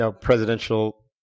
presidential